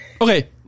okay